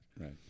Right